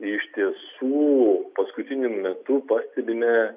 iš tiesų paskutiniu metu pastebime